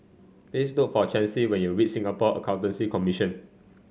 please look for Chancey when you reach Singapore Accountancy Commission